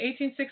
1860